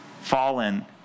fallen